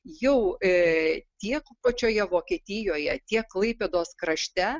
jau e tiek pačioje vokietijoje tiek klaipėdos krašte